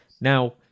Now